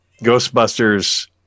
Ghostbusters